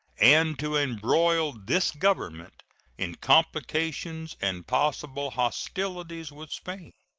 and to embroil this government in complications and possible hostilities with spain.